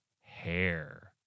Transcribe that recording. hair